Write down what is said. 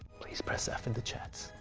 please press f in the chats,